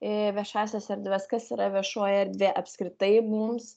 į viešąsias erdves kas yra viešoji erdvė apskritai mums